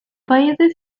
paese